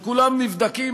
שכולם נבדקים,